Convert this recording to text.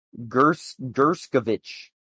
Gerskovich